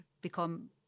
become